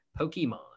Pokemon